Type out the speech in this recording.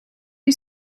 you